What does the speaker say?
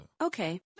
okay